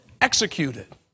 executed